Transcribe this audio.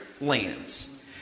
lands